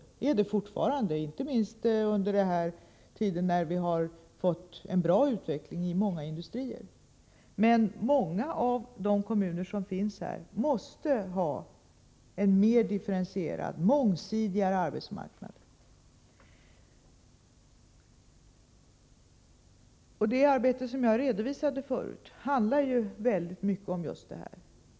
Det är det fortfarande, inte minst under denna tid, när vi har fått en bra utveckling i många industrier. Men flera av de kommuner som finns i Bergslagen måste ha en mer differentierad — en mångsidigare — arbetsmarknad. Det arbete jag redovisade förut handlar väldigt mycket just om detta.